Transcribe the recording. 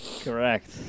correct